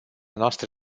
noastre